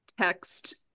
text